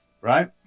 Right